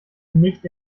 nicht